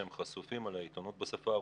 שהם חשופים לעיתונות בשפה הרוסית,